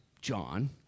john